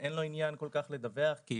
בעצם כל האחריות נופלת עליו לדווח על הכול.